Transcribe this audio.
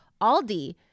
Aldi